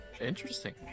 Interesting